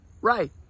Right